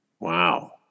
Wow